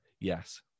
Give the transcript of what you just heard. yes